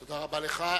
תודה רבה לך.